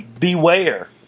beware